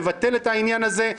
לבטל את העניין הזה.